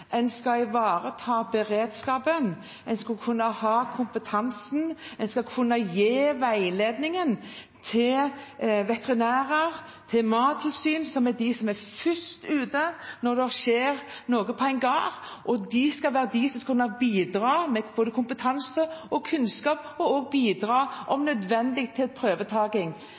En skal ivareta beredskapen. En skal ha kompetansen. En skal kunne gi veiledning til veterinærer, til mattilsyn, som er de som er først ute når det skjer noe på en gård. De skal kunne bidra med både kompetanse, kunnskap og – om nødvendig – prøvetaking.